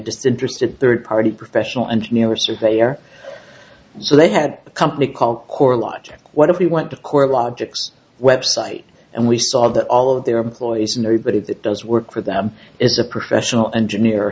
disinterested third party professional engineer or surveyor so they had a company called core logic what if we went to court logic's website and we saw that all of their employees and everybody that does work for them is a professional engineer